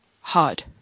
hard